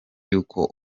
y’uko